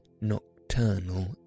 nocturnal